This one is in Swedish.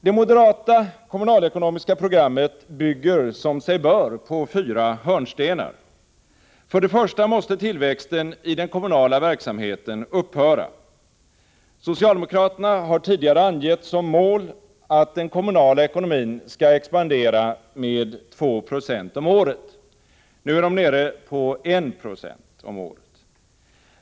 Det moderata kommunalekonomiska programmet bygger som sig bör på fyra hörnstenar. För det första måste tillväxten i den kommunala verksamheten upphöra. Socialdemokraterna har tidigare angett som mål att den kommunala ekonomin skall expandera med 2 96 om året. Nu är de nere på 196 om året.